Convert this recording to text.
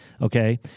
Okay